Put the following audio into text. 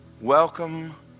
welcome